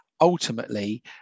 ultimately